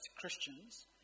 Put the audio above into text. Christians